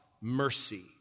mercy